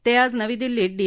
ते आज नवी दिल्लीत डी